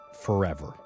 forever